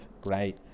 great